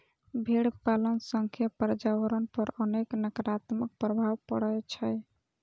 भेड़ पालन सं पर्यावरण पर अनेक नकारात्मक प्रभाव पड़ै छै